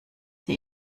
die